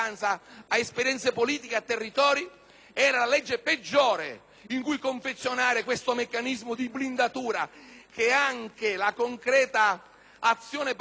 è la legge peggiore in cui introdurre questo meccanismo di blindatura, che anche la concreta azione parlamentare ha definito con